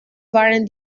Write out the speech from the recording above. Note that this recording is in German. waren